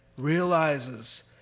realizes